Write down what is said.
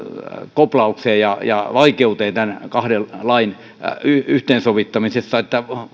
koplaukseen ja ja vaikeuteen tässä kahden lain yhteensovittamisessa